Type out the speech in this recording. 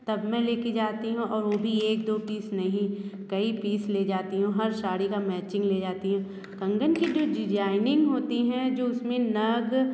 तब मैं ले कर जाती हूँ और वह भी एक दो पीस नहीं कई पीस ले जाती हूँ हर साड़ी का मैचिंग ले जाती हूँ कंगन की जो डिज़ाइनींग होती है जो उसमें नग